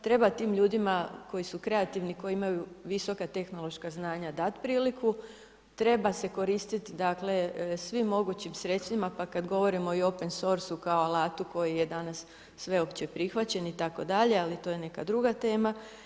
Treba tim ljudima koji su kreativni, koji imaju visoka tehnološka znanja dati priliku, treba se koristiti svim mogućim sredstvima, pa kad govorimo i open source-u kao alatu koji je danas sveopći prihvaćen itd., ali to je neka druga tema.